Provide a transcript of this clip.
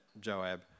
Joab